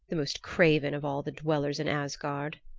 the most craven of all the dwellers in asgard.